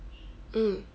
mm